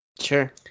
Sure